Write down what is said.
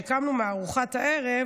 כשקמנו מארוחת הערב,